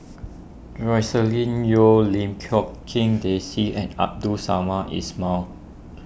Joscelin Yeo Lim Quee King Daisy and Abdul Samad Ismail